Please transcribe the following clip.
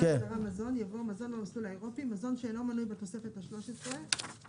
מזון שאינו מנוי בתוספת השלוש עשרה,